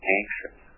anxious